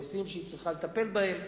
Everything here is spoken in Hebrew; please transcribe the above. נושאים שהיא צריכה לטפל בהם,